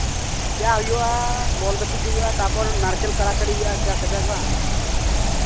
ᱡᱟ ᱦᱩᱭᱩᱜᱼᱟ ᱵᱚᱞ ᱜᱟᱛᱮᱜ ᱠᱚ ᱦᱩᱭᱩᱜᱼᱟ ᱛᱟᱨᱯᱚᱨ ᱱᱟᱲᱠᱮᱞ ᱠᱟᱲᱟᱠᱟᱲᱤ ᱦᱩᱭᱩᱜᱼᱟ ᱡᱟ ᱠᱟᱡᱟᱠ ᱵᱟᱝ